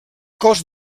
cos